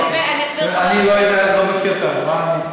אני לא יודע, אני לא מכיר, כמובן.